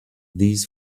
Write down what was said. these